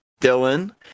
Dylan